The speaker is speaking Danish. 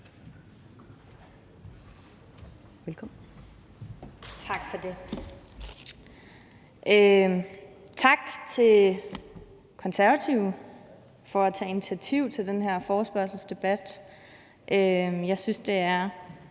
(SF): Tak for det. Tak til Konservative for at tage initiativ til denne forespørgselsdebat. Jeg synes, det er